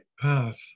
path